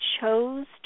chose